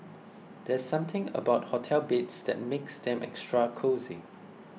there's something about hotel beds that makes them extra cosy